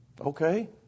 Okay